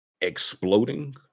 exploding